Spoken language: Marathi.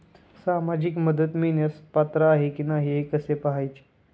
सामाजिक मदत मिळवण्यास पात्र आहे की नाही हे कसे पाहायचे?